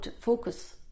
focus